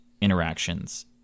interactions